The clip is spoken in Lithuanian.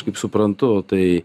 kaip suprantu tai